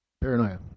paranoia